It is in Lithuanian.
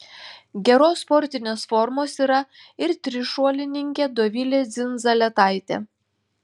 geros sportinės formos yra ir trišuolininkė dovilė dzindzaletaitė